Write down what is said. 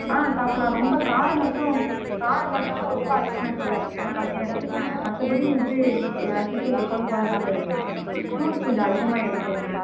ஆ சாப்புடலாம் ரொம்ப காரம் மட்டும் காரம் மட்டும் ரொம்ப அதிகமாக எடுத்துக்காதிங்க கம்மியாக எடுத்துங்க மற்றபடி வந்து ஏ ஆஷ்யூஷ்வல் எப்போதும் போல் சாப்பிட வேண்டியதுதான் ஃப்ரூட்ஸ் கொஞ்சம் அதிகமாக எடுத்துங்க